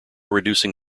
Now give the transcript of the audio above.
reducing